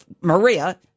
Maria